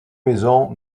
maisons